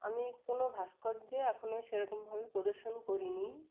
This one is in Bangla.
আমি কোনো ভাস্কর্য এখনও সেরকমভাবে প্রদর্শন করিনি